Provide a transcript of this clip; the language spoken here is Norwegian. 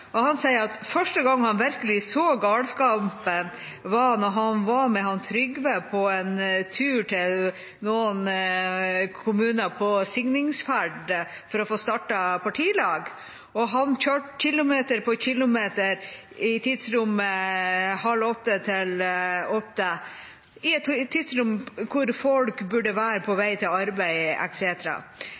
tidligere. Han sier at første gang han virkelig så galskapen, var da han var med Trygve på en tur til noen kommuner på signingsferd for å få startet partilag, og han kjørte kilometer på kilometer i tidsrommet halv åtte til åtte, et tidsrom da folk burde være på vei til arbeid